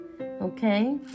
okay